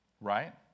right